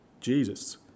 Jesus